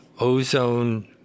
ozone